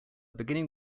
beginning